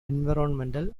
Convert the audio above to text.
environmental